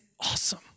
awesome